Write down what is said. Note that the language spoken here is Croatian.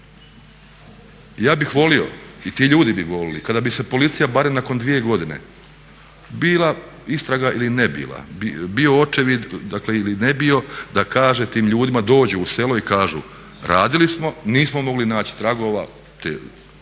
Ja bih volio, i ti ljudi bi voljeli, kada bi se policija barem nakon 2 godine bila istraga ili ne bila, bio očevid ili ne bio, dakle da kaže tim ljudima, dođu u selo i kažu radili smo, nismo mogli naći tragova tih